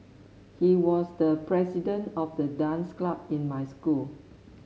he was the president of the dance club in my school